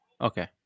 Okay